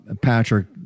Patrick